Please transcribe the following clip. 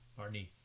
Arnie